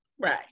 Right